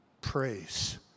praise